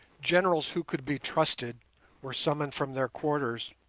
generals who could be trusted were summoned from their quarters,